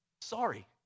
sorry